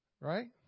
right